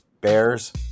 Bears